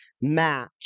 match